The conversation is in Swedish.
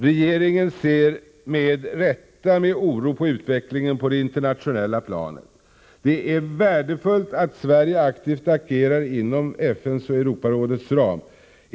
Regeringen ser med rätta med oro på utvecklingen på det internationella planet. Det är värdefullt att Sverige agerar aktivt inom FN:s och Europarådets ram.